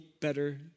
better